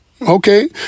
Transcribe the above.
Okay